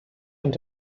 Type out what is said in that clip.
und